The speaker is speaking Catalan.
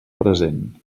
present